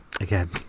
Again